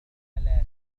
على